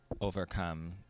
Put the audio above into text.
overcome